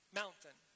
mountain